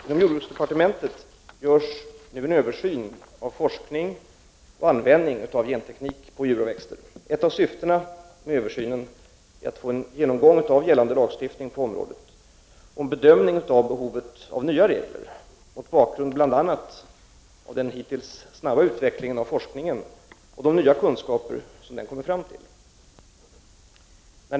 Inom jordbruksdepartementet görs nu en översyn av forskning och användning av genteknik på djur och växter. Ett av syftena med översynen är att få en genomgång av gällande lagstiftning på området och en bedömning av behovet av nya regler mot bakgrund bl.a. av den hittills snabba utvecklingen av forskningen och de nya kunskaper som den kommer fram till.